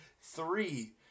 Three